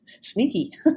Sneaky